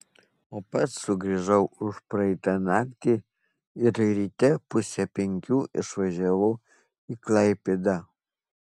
o pats sugrįžau užpraeitą naktį ir ryte pusę penkių išvažiavau į klaipėdą